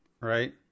right